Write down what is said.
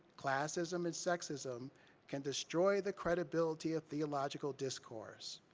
classism and sexism can destroy the credibility of theological discourse,